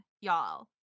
y'all